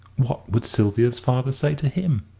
what would sylvia's father say to him?